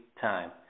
time